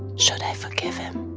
should i forgive him?